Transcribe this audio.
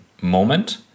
moment